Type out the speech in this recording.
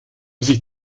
sich